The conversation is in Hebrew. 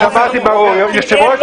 אז שמעתי ברור יושב-ראש